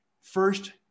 first